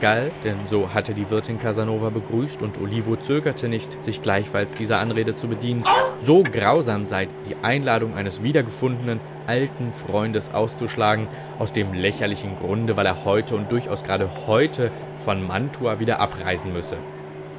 so hatte die wirtin casanova begrüßt und olivo zögerte nicht sich gleichfalls dieser anrede zu bedienen so grausam sei die einladung eines wiedergefundenen alten freundes auszuschlagen aus dem lächerlichen grunde weil er heute und durchaus gerade heute von mantua wieder abreisen müsse